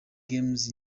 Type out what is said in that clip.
games